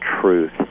truth